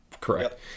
correct